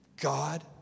God